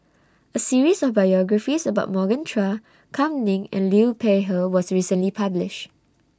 A series of biographies about Morgan Chua Kam Ning and Liu Peihe was recently published